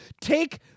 take